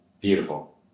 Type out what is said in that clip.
Beautiful